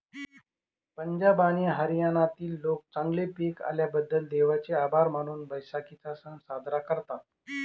पंजाब आणि हरियाणातील लोक चांगले पीक आल्याबद्दल देवाचे आभार मानून बैसाखीचा सण साजरा करतात